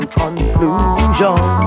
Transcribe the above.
conclusion